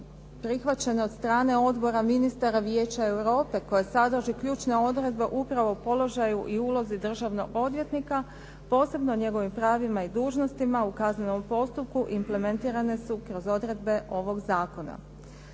prihvaćen od strane Odbora ministara vijeća Europe koja sadrži ključne odredbe upravo o položaju i ulozi državnog odvjetnika, posebno njegovim pravima i dužnostima u kaznenom postupku implementirane su kroz odredbe ovog zakona.